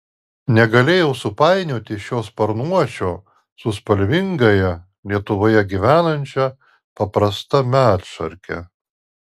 negalėjau supainioti šio sparnuočio su spalvingąja lietuvoje gyvenančia paprasta medšarke